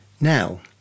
now